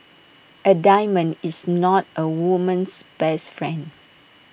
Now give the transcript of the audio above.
A diamond is not A woman's best friend